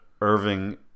Irving